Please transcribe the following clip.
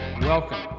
welcome